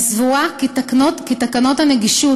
אני סבורה כי תקנות הנגישות,